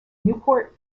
newport